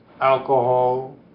alcohol